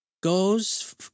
goes